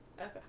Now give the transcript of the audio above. Okay